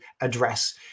address